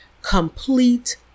complete